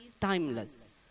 timeless